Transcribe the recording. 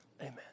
Amen